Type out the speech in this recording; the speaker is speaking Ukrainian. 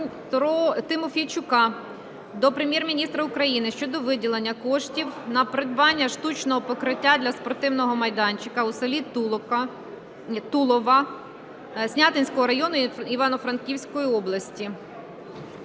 Тимофійчука до Прем'єр-міністра України щодо виділення коштів на придбання штучного покриття для спортивного майданчика у селі Тулова, Снятинського району Івано-Франківської області.